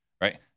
Right